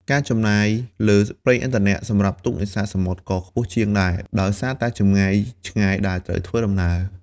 ការចំណាយលើប្រេងឥន្ធនៈសម្រាប់ទូកនេសាទសមុទ្រក៏ខ្ពស់ជាងដែរ ដោយសារតែចម្ងាយឆ្ងាយដែលត្រូវធ្វើដំណើរ។